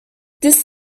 this